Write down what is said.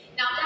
Now